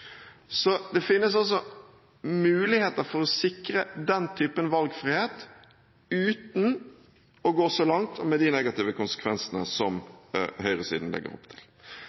Så det finnes muligheter for å sikre den typen valgfrihet, uten å gå så langt, og med de negative konsekvensene, som høyresiden legger opp til.